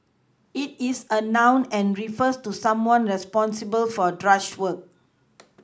it is a noun and refers to someone responsible for drudge work